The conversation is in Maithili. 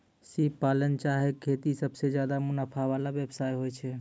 सिप पालन चाहे खेती सबसें ज्यादे मुनाफा वला व्यवसाय होय छै